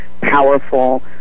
powerful